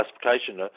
classification